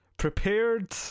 Prepared